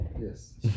Yes